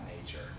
nature